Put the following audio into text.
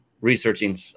researching